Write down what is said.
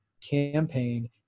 campaign